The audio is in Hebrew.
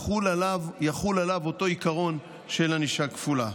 יחול עליו אותו עיקרון של ענישה כפולה.